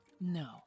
No